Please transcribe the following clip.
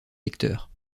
lecteurs